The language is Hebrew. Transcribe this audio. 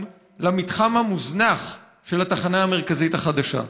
למתחם המוזנח של התחנה המרכזית החדשה.